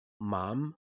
mom